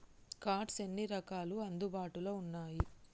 Cards ఎన్ని రకాలు అందుబాటులో ఉన్నయి?